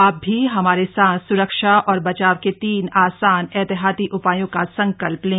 आप भी हमारे साथ सुरक्षा और बचाव के तीन आसान एहतियाती उपायों का संकल्प लें